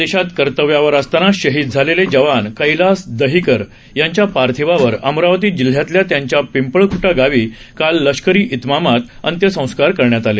हिमाचल प्रदेशात कर्तव्यावर असताना शहीद झालेले जवान कैलास दहिकर यांच्या पार्थिवावर अमरावती जिल्ह्यातल्या त्यांच्या पिंपळखटा गावी काल लष्करी इतमामात अंत्यसंस्कार झाले